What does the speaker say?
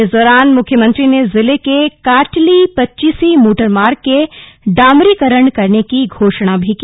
इस दौरान मुख्यमंत्री ने जिले के काटली पच्चीसी मोटर मार्ग के डामरीकरण करने की घोषणा भी की